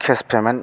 case payment